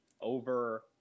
over